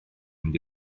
mynd